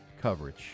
coverage